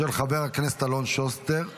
של חבר הכנסת אלון שוסטר.